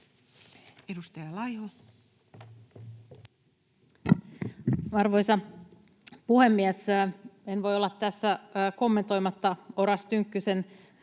Content: Arvoisa puhemies! En voi olla tässä kommentoimatta Oras Tynkkysen